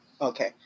Okay